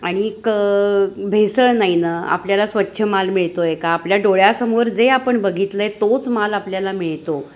आणिक भेसळ नाही नाआपल्याला स्वच्छ माल मिळतो आहे का आपल्या डोळ्यासमोर जे आपण बघितलं आहे तोच माल आपल्याला मिळतो